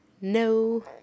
No